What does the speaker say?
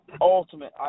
ultimate